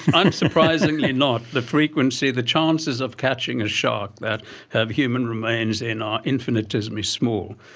unsurprisingly not. the frequency, the chances of catching a shark that have human remains in are infinitesimally small.